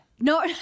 No